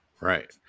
Right